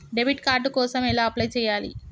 Debit card కోసం ఎలా apply చేయాలి?